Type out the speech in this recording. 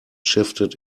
shifted